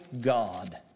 God